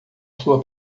sua